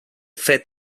fet